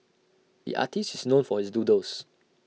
the artist is known for his doodles